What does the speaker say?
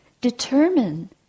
determine